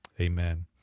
Amen